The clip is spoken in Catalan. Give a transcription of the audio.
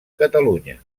catalunya